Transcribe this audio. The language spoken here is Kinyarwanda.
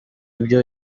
ibyo